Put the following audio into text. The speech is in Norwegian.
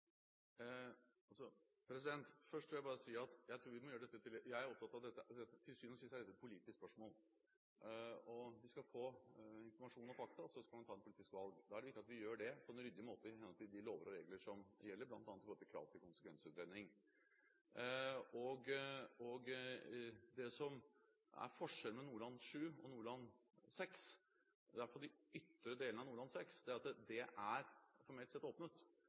Til syvende og sist er dette et politisk spørsmål. Vi skal få informasjon og fakta, og så skal man ta et politisk valg. Da er det viktig at vi gjør det på en ryddig måte i henhold til de lover og regler som gjelder, bl.a. i forhold til kravet om konsekvensutredning. Det som er forskjellen på Nordland VII og Nordland VI – i alle fall de ytre delene av Nordland VI – er at Nordland VI formelt sett er åpnet,